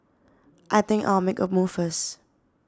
I think I'll make a move first